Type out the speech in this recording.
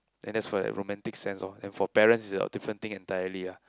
then that's for like romantic sense lor and for parents is like different thing entirely ah